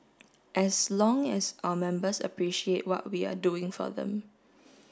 as long as our members appreciate what we are doing for them